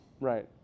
Right